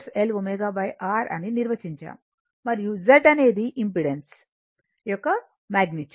మరియు Z అనేది impedance యొక్క మాగ్నిట్యూడ్